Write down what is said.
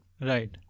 Right